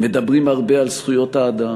הם מדברים הרבה על זכויות האדם,